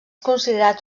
considerat